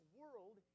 world